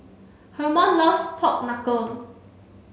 Hermon loves pork knuckle